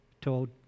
told